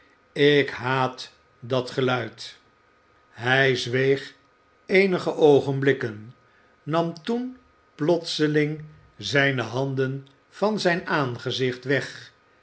ik haat dat geluid hij zweeg eenige oogenbükken nam toen plotseling zijne handen van zijn aangezicht weg